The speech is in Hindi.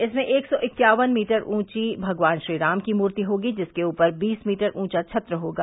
इसमें एक सौ इक्यावन मीटर ऊंची भगवान श्रीराम की मूर्ति होगी जिसके ऊपर बीस मीटर ऊंचा छत्र होगा